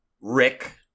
Rick